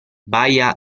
baia